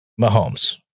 Mahomes